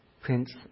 Prince